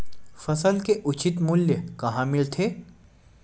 फसल के उचित मूल्य कहां मिलथे?